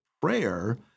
prayer